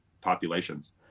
populations